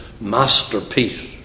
masterpiece